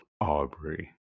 Aubrey